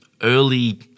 early-